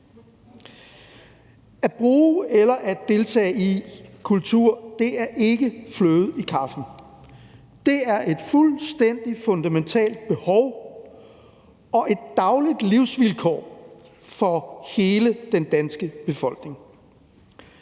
At bruge eller at deltage i kultur er ikke fløde i kaffen. Det er et fuldstændig fundamentalt behov og et dagligt livsvilkår for hele den danske befolkning.